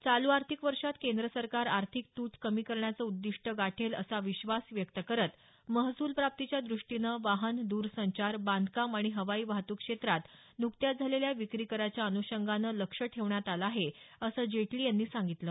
चालू आर्थिक वर्षात केंद्र सरकार आर्थिक तूट कमी करण्याचं उद्दिष्ट गाठेल असा विश्वास व्यक्त करत महसूल प्राप्तीच्या द्रष्टीनं वाहन द्रसंचार बांधकाम आणि हवाई वाहतूक क्षेत्रात नुकत्याच झालेल्या विक्री कराच्या अनुषंगानं लक्ष ठेवण्यात आलं आहे असं जेटली यांनी सांगितलं